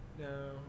No